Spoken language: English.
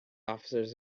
officers